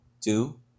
two